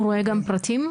הוא רואה גם פרטים?